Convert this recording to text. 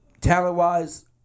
talent-wise